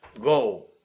go